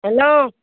hello